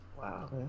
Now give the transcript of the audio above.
Wow